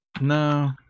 No